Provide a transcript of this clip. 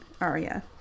aria